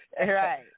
right